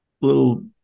little